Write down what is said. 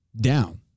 down